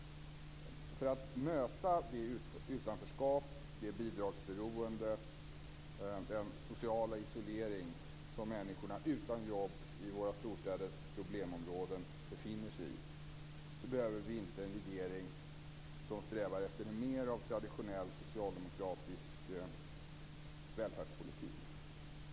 För att möta det utanförskap, det bidragsberoende och den sociala isolering som människorna utan jobb i våra storstäders problemområden befinner sig i, behöver vi inte en regering som strävar efter mer av traditionell socialdemokratisk välfärdspolitik.